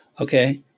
okay